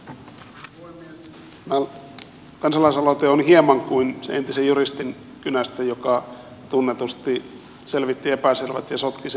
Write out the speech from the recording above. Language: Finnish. tämä kansalaisaloite on hieman kuin sen entisen juristin kynästä joka tunnetusti selvitti epäselvät ja sotki selvät asiat